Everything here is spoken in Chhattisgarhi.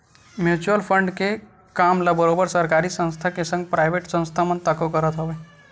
म्युचुअल फंड के काम ल बरोबर सरकारी संस्था के संग पराइवेट संस्था मन तको करत हवय